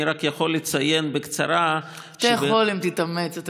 אני רק יכול לציין בקצרה, אתה יכול, אם תתאמץ.